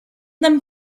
them